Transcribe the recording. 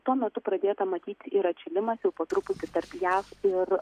tuo metu pradėta matyt ir atšilimas jau po truputį tarp jav ir